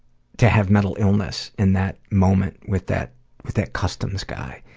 to have mental illness in that moment, with that with that customs guy.